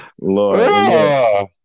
Lord